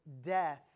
death